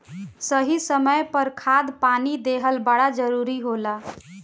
सही समय पर खाद पानी देहल बड़ा जरूरी होला